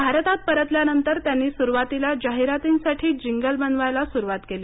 भारतात परतल्यानंतर त्यांनी सुरुवातीला जाहिरातींसाठी जिंगल बनवायला सुरुवात केली